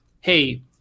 Hey